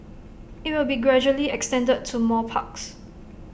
IT will be gradually extended to more parks